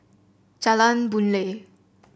Jalan Boon Lay